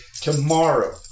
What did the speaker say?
Tomorrow